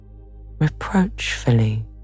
reproachfully